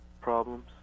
Problems